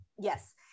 yes